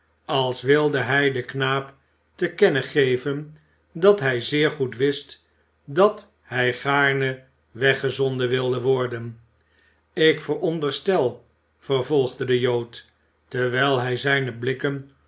als wilde hij den knaap te kennen geven dat hij zeer goed wist dat hij gaarne weggezonden wilde worden ik vooronderstel vervolgde de jood terwijl hij zijne blikken